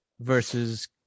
versus